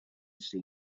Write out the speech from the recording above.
seen